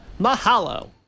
Mahalo